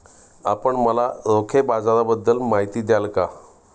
आपण मला रोखे बाजाराबद्दल माहिती द्याल का?